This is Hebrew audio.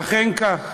ואכן כך,